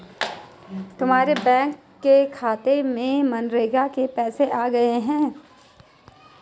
तुम्हारे बैंक के खाते में मनरेगा के पैसे आ गए हैं